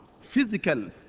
physical